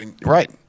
Right